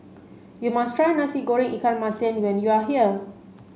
you must try Nasi Goreng Ikan Masin when you are here